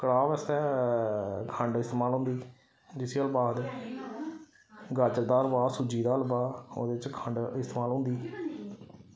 कड़ाह् बास्तै खंड इस्तमाल होंदी जिसी हलवा आखदे गाजर दा हलवा सूजी दा हलवा ओह्दे च खंड इस्तमाल होंदी